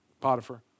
Potiphar